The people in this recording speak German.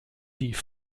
die